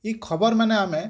ଏଇ ଖବର୍ ମାନେ ଆମେ